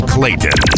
Clayton